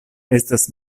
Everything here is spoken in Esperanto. estas